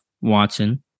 Watson